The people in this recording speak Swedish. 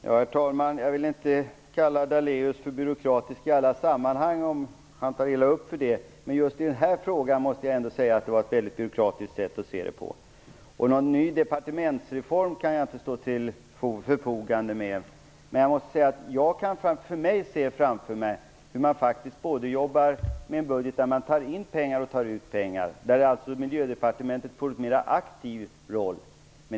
Herr talman! Jag vill inte kalla Lennart Daléus för byråkratisk i alla sammanhang, om han tar illa upp för det. Men just i den här frågan måste jag säga att det var ett väldigt byråkratiskt sätt att se på detta. Någon ny departementsreform kan jag inte stå till tjänst med. Men jag kan se framför mig hur man jobbar med en budget där man både tar in pengar och tar ut pengar, där Miljödepartementet alltså får en mer aktiv roll.